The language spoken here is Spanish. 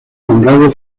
nombrado